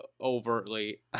overtly